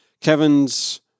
Kevin's